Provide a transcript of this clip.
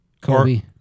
Kobe